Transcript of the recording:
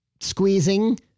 squeezing